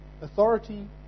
Authority